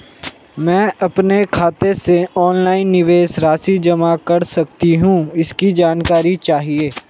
मैं अपने खाते से ऑनलाइन निवेश राशि जमा कर सकती हूँ इसकी जानकारी चाहिए?